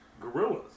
gorillas